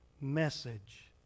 message